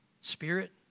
Spirit